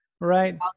Right